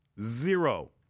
zero